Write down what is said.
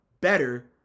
better